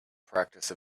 practice